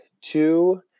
two